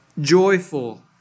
joyful